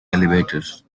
elevators